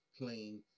playing